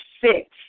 six